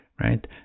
right